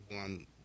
one